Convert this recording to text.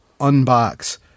unbox